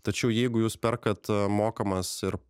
tačiau jeigu jūs perkat mokamas ir